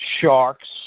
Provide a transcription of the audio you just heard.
sharks